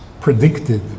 predicted